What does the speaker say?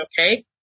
okay